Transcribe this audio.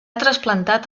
trasplantat